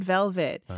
Velvet